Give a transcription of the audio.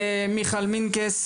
בבקשה.